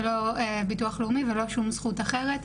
לא ביטוח לאומי ולא שום זכות אחרת,